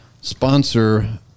sponsor